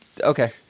Okay